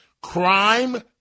crime